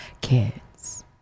kids